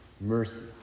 Mercy